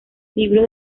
libro